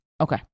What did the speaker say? Okay